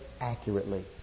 accurately